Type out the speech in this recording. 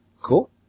Cool